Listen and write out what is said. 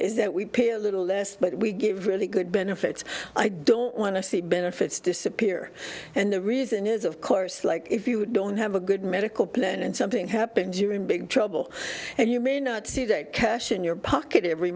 is that we pay a little less but we give really good benefits i don't want to see benefits disappear and the reason is of course like if you don't have a good medical plan and something happens you're in big trouble and you may not see that cash in your pocket every